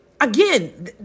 Again